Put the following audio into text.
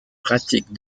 pratique